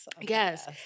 Yes